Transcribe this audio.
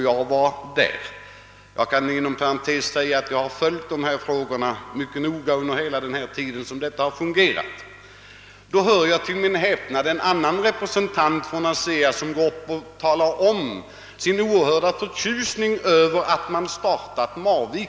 Jag var med där. Inom parentes vill jag säga att jag hela tiden har följt dessa frågor mycket noggrant. Och vid den tillställningen hörde jag till min häpnad en annan representant för ASEA säga att han var mycket förtjust över att Marviken kommit till.